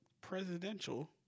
presidential